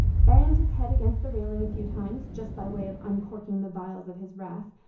banged his head against the railing a few times, just by way of uncorking the vials of his wrath,